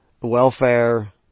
welfare